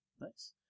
Nice